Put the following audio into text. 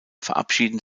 verabschieden